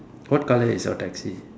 what colour is your taxi